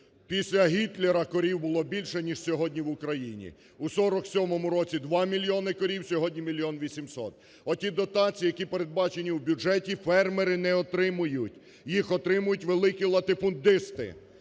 Після Гітлера корів було більше, ніж сьогодні в Україні. У 1947 році – 2 мільйони корів, сьогодні – 1 мільйон 800. Оті дотації, які передбачені в бюджеті, фермери не отримують, їх отримують великі латифундисти.